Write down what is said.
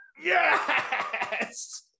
Yes